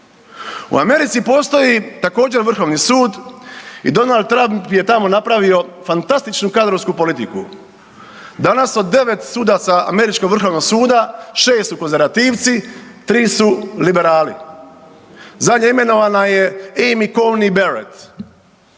U Americi postoji također vrhovni sud i Donald Trump je tamo napravio fantastičnu kadrovsku politiku. Danas od 9 sudaca američkog vrhovnog suda 6 su konzervativci, 3 su liberali. Zadnje imenovana je Amy Coney Barrett